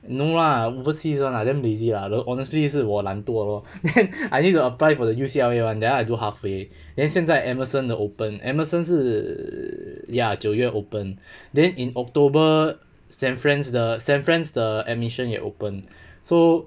no lah overseas [one] lah damn lazy lah don't honestly 是我懒惰 lor I need to apply for the U_C_L_A [one] then I do halfway then 现在 emerson 的 open emerson 是 ya 九月 open then in october san frans 的 san frans 的 admission 也 open so